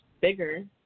bigger